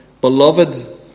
Beloved